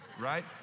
right